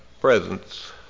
presence